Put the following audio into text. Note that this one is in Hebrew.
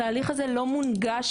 התהליך הזה לא מונגש.